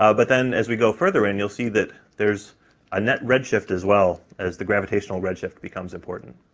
ah but then as we go further in you'll see that there's a net redshift as well as the gravitational redshift becomes important.